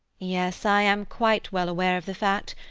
yes, i am quite well aware of the fact.